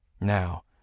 Now